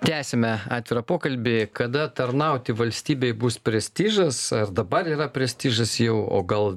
tęsime atvirą pokalbį kada tarnauti valstybei bus prestižas dabar yra prestižas jau o gal